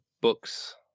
books